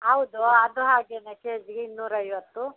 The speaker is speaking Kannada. ಹೌದು ಅದು ಹಾಗೆಯೆ ಕೆ ಜಿಗೆ ಇನ್ನೂರ ಐವತ್ತು